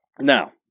Now